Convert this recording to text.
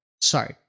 Sorry